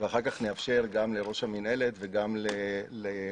ואחר כך נאפשר גם לראש המינהלת וגם למשרדים